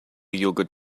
yogurt